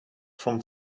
from